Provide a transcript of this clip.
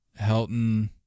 Helton